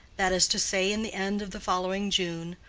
that is to say in the end of the following june,